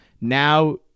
now